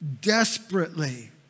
desperately